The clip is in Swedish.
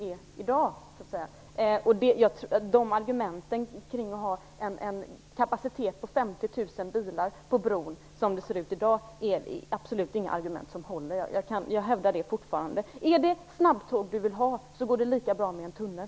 Argumenten om att, som det ser ut i dag, ha en kapacitet på 50 000 bilar på bron håller absolut inte. Det hävdar jag fortfarande. Är det snabbtåg vi vill ha, går det lika bra med en tunnel.